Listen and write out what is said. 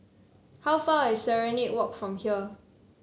how far is Serenade Walk from here